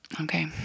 okay